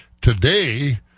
Today